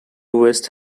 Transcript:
west